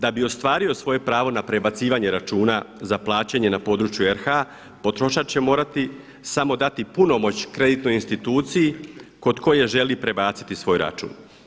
Da bi ostvario svoje pravo na prebacivanje računa za plaćanje na području RH potrošač će morati samo dati punomoć kreditnoj instituciji kod koje želi prebaciti svoj račun.